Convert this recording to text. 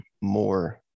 more